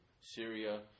Syria